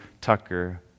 Tucker